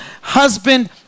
husband